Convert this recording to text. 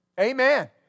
Amen